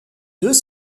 deux